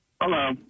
Hello